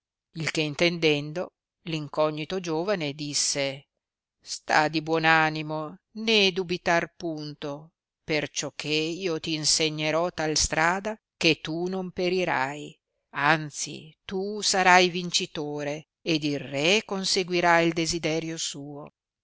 il che intendendo l incognito giovane disse sta di buon animo né dubitar punto perciò che io t insegnerò tal strada che tu non perirai anzi tu sarai vincitore ed il re conseguirà il desiderio suo